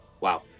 wow